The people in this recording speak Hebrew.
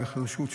חירשות,